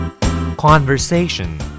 Conversation